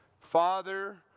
Father